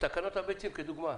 תקנות הביצים כדוגמה.